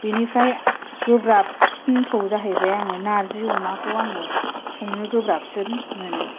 बिनिफ्राय गोब्राबसिनखौ जाहैबाय आङो नार्जि अमाखौ आङो संनो गोब्राबसिन मोनो